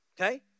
okay